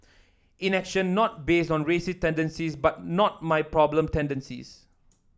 inaction not based on racist tendencies but not my problem tendencies